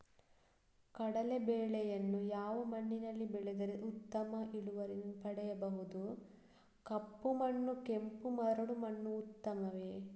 ಕಡಲೇ ಬೆಳೆಯನ್ನು ಯಾವ ಮಣ್ಣಿನಲ್ಲಿ ಬೆಳೆದರೆ ಉತ್ತಮ ಇಳುವರಿಯನ್ನು ಪಡೆಯಬಹುದು? ಕಪ್ಪು ಮಣ್ಣು ಕೆಂಪು ಮರಳು ಮಣ್ಣು ಉತ್ತಮವೇ?